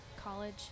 college